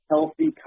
healthy